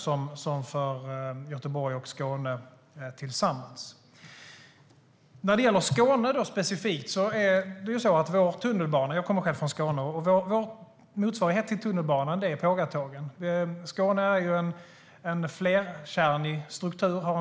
så stora som för Göteborg och Skåne tillsammans. När det gäller Skåne specifikt heter vår - jag kommer själv från Skåne - motsvarighet till tunnelbanan pågatåg. Skåne har en flerkärnig struktur.